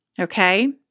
okay